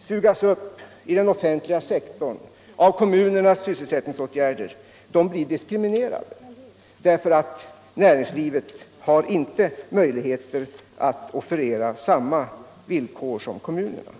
sugas upp i den offentliga sektorn genom kommunernas sysselsättningsåtgärder blir diskriminerade därför att näringslivet inte har möjligheter att erbjuda samma villkor som kommunerna.